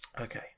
Okay